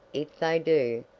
if they do,